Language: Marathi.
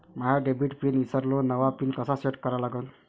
माया डेबिट पिन ईसरलो, नवा पिन कसा सेट करा लागन?